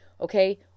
Okay